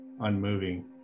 unmoving